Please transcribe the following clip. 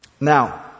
Now